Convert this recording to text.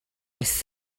was